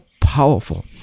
powerful